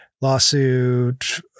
lawsuit